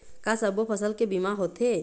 का सब्बो फसल के बीमा होथे?